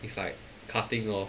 it's like cutting lor